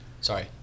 Sorry